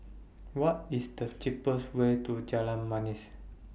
What IS The cheapest Way to Jalan Manis